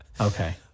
Okay